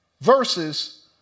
Versus